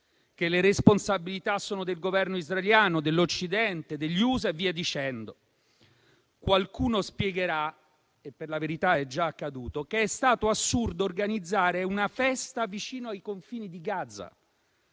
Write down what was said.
che le responsabilità sono del Governo israeliano, dell'Occidente, degli USA e via dicendo. Qualcuno spiegherà - e per la verità è già accaduto - che è stato assurdo organizzare una festa vicino ai confini di Gaza,